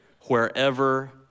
wherever